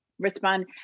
Respond